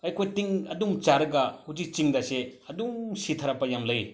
ꯑꯩꯈꯣꯏ ꯇꯤꯟ ꯑꯗꯨꯝ ꯆꯥꯔꯒ ꯍꯧꯖꯤꯛ ꯆꯤꯡꯗꯁꯦ ꯑꯗꯨꯝ ꯁꯤꯊꯔꯛꯄ ꯌꯥꯝ ꯂꯩ